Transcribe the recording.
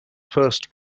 first